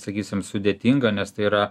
sakysim sudėtinga nes tai yra